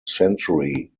century